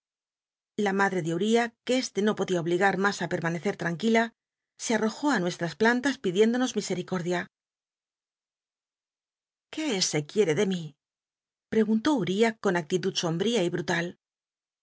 la madre de uriah que este no podía obligar mas i permanecer tranquila se arr'ojó i nucsllas plantas pidiéndonos misericordia qué se quiere de mi preguntó ul'iah con actitud sombría y brut